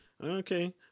Okay